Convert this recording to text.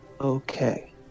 Okay